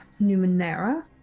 Numenera